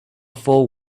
full